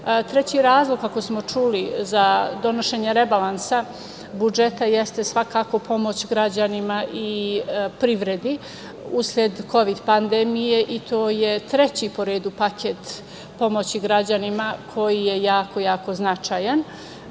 razlog, kako smo čuli, za donošenje rebalansa budžeta jeste svakako pomoć građanima i privredi usled kovid pandemije, i to je treći po redu paket pomoći građanima, a koji je jako, jako značajan.